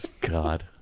God